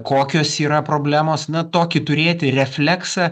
kokios yra problemos na tokį turėti refleksą